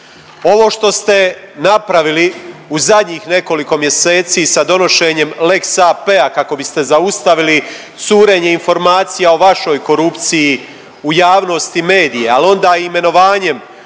Ovo što ste napravili u zadnjih nekoliko mjeseci sa donošenjem Lex AP-a kako biste zaustavili curenje informacija o vašoj korupciji u javnosti medija, ali onda i imenovanjem